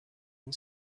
and